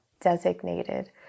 designated